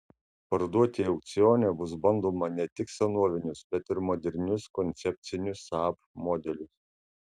parduoti aukcione bus bandoma ne tik senovinius bet ir modernius koncepcinius saab modelius